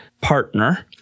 partner